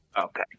Okay